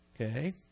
Okay